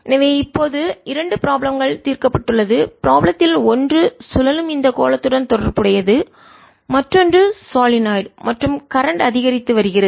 எனவே இப்போது இரண்டு ப்ராப்ளம் கள் தீர்க்கப்பட்டுள்ளது ப்ராப்ளம் த்தில் ஒன்று சுழலும் இந்த கோளத்துடன் தொடர்புடையது மற்றொன்று சொலினாய்டு மற்றும் கரண்ட் மின்னோட்டம் அதிகரித்து வருகிறது